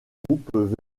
groupe